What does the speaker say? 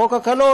"חוק הקלון",